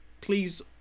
Please